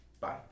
Bye